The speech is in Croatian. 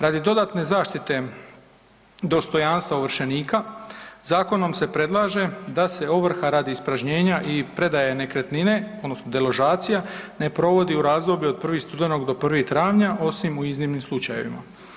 Radi dodatne zaštite dostojanstva ovršenika zakonom se predlaže da se ovrha radi ispražnjenja i predaje nekretnine odnosno deložacija ne provodi u razdoblju od 1. studeni do 1. travnja osim u iznimnim slučajevima.